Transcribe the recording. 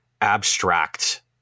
abstract